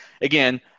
again